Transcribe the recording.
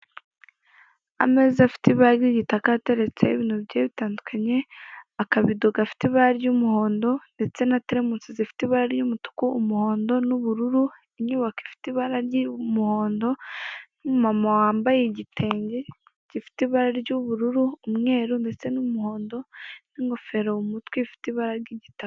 Ameza afite ibara ry'igitaka, ateretseho ibintu bigiye bitandukanye, akabido gafite ibara ry'umuhondo, ndetse na teremunsi zifite ibara ry'umutuku, umuhondo, n'ubururu, inyubako ifite ibara ry'umuhondo, n'umumama wambaye igitenge gifite ibara ry'ubururu, umweru, ndetse n'umuhondo, n'ingofero mu mutwe, ifite ibara ry'igitaka.